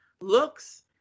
looks